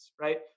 right